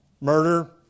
Murder